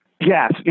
Yes